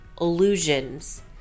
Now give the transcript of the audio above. illusions